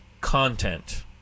content